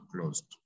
closed